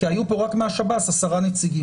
כי היו פה רק מהשב"ס עשרה נציגים.